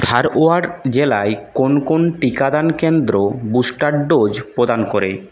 ধারওয়াড় জেলায় কোন কোন টিকাদান কেন্দ্র বুস্টার ডোজ প্রদান করে